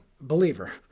believer